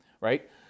right